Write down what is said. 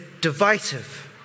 divisive